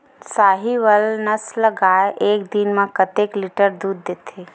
साहीवल नस्ल गाय एक दिन म कतेक लीटर दूध देथे?